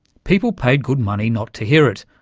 people paid good money not to hear it,